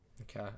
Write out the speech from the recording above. Okay